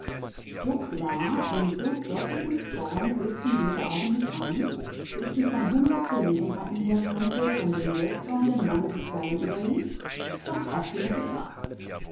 so klar in so deutlichem zorn blitzten diese augen mich an wie ich sie von hundert gelegenheiten her kannte wenn dem jähzornigen manne die galle überlief was oft genug